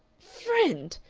friend!